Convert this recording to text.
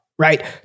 Right